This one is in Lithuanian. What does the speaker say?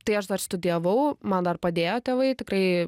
tai aš dar studijavau man dar padėjo tėvai tikrai